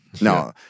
No